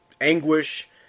anguish